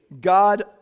god